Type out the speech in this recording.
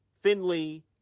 Finley